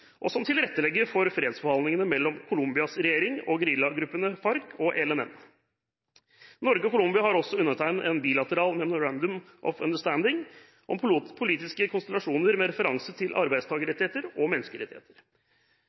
og som tilrettelegger for fredsforhandlingene mellom Colombias regjering og geriljagruppene FARC og ELN. Norge og Colombia har også undertegnet en bilateral Memorandum of Understanding, MoU, om politiske konsultasjoner med referanse til arbeidstakerrettigheter og menneskerettigheter.